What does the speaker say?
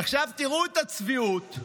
עכשיו תראו את הצביעות: